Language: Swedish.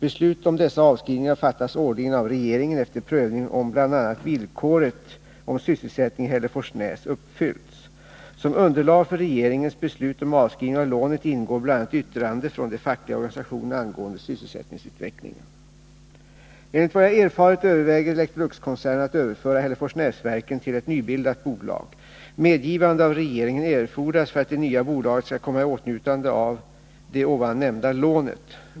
Beslut om dessa avskrivningar fattas årligen av regeringen, efter prövning om bl.a. villkoret om sysselsättning i Hälleforsnäs uppfyllts. Som underlag för regeringens beslut om avskrivning av lånet ingår bl.a. yttrande från de fackliga organisationerna angående sysselsättningsutvecklingen. Enligt vad jag erfarit överväger Electroluxkoncernen att överföra Hälleforsnäsverken till ett nybildat bolag. Medgivande av regeringen erfordras för att det nya bolaget skall komma i åtnjutande av det nämnda lånet.